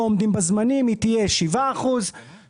עומדים בזמנים אלא היא תהיה שבעה אחוזים,